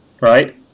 right